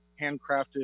handcrafted